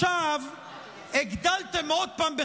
הגדלתם עכשיו,